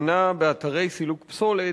הטמנה באתרי סילוק פסולת,